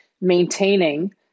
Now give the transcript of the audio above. maintaining